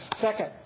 Second